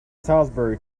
salisbury